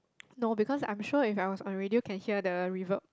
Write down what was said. no because I'm sure if I was on radio can hear the reverp